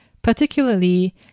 particularly